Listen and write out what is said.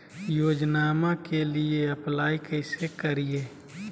योजनामा के लिए अप्लाई कैसे करिए?